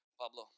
Pablo